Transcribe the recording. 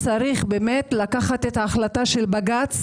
צריך לקבל את ההחלטה של בג"ץ,